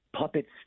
puppets